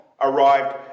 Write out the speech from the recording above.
arrived